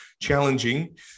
challenging